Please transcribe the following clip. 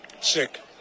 Sick